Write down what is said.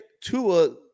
Tua